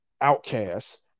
outcasts